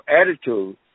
attitude